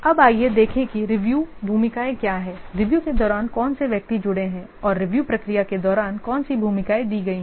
अब आइए देखें कि रिव्यू भूमिकाएं क्या हैं रिव्यू के दौरान कौन से व्यक्ति जुड़े हैं और रिव्यू प्रक्रिया के दौरान कौन सी भूमिकाएँ दी गई हैं